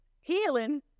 Healing